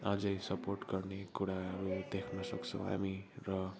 अझै सपोर्ट गर्ने कुराहरू देख्न सक्छौँ हामी र